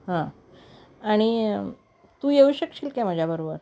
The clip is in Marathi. हां आणि तू येऊ शकशील काय माझ्याबरोबर